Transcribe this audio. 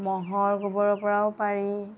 ম'হৰ গোবৰৰপৰাও পাৰি